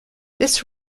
this